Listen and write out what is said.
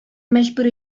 мәҗбүр